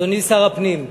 אדוני שר הפנים,